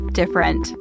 different